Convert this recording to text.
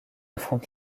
affronte